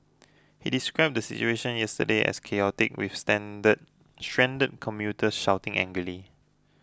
he described the situation yesterday as chaotic with standard stranded commuters shouting angrily